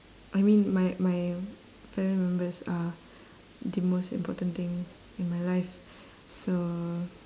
I mean my my family members are the most important thing in my life so